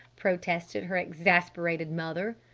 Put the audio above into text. protested her exasperated mother.